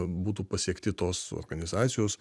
būtų pasiekti tos organizacijos